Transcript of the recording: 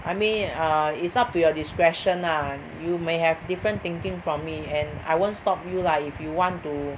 I mean err it's up to your discretion lah you may have different thinking from me and I won't stop you lah if you want to